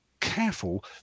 careful